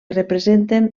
representen